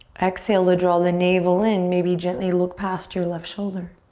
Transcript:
exhale to draw the navel in. maybe gently look past your left shoulder.